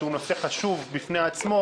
שהוא נושא חשוב בפני עצמו,